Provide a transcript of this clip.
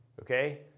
Okay